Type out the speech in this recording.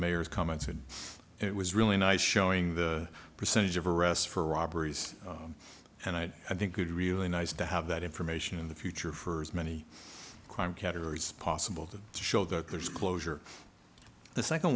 mayor's comments and it was really nice showing the percentage of arrests for robberies and i had i think good really nice to have that information in the future for as many crime categories possible to show that there's closure the second